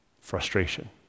frustration